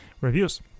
Reviews